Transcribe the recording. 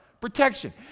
Protection